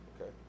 Okay